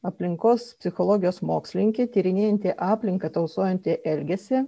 aplinkos psichologijos mokslininkė tyrinėjanti aplinką tausojantį elgesį